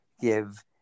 give